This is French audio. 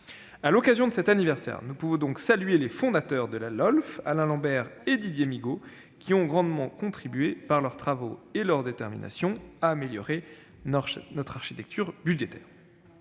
À l'occasion de cet anniversaire, nous pouvons donc saluer les fondateurs de la LOLF, Alain Lambert et Didier Migaud, qui ont grandement contribué, par leurs travaux et leur détermination, à améliorer notre architecture budgétaire.